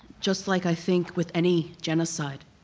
just like i think with any genocide,